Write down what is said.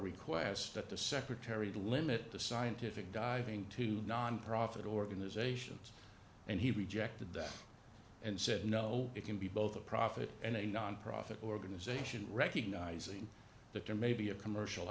request that the secretary to limit the scientific diving to nonprofit organizations and he rejected that and said no it can be both a profit and a nonprofit organization recognizing that there may be a commercial